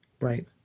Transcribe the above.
Right